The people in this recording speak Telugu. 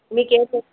మీకేస